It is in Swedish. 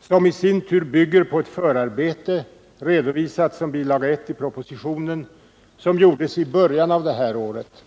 som i sin tur bygger på ett förarbete — redovisat som bilaga 1 till propositionen — som gjordes i början av det här året.